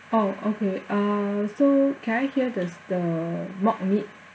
oh okay uh so can I hear the s~ the mock meat